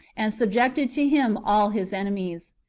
and subjected to him all his enemies.